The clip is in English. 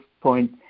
point